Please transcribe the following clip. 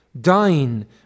dine